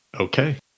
Okay